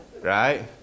Right